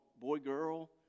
boy-girl